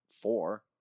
four